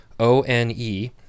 O-N-E